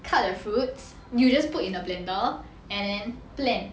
cut the fruits you just put in a blender and blend